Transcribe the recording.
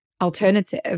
alternative